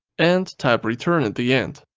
and type return at the end.